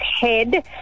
head